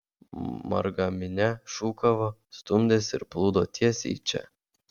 marga minia šūkavo stumdėsi ir plūdo tiesiai į čia